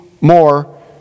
more